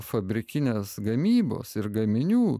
fabrikinės gamybos ir gaminių